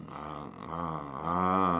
ah ah ah